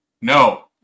No